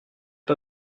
pas